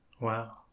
Wow